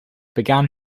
began